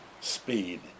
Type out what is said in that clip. speed